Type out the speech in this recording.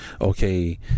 okay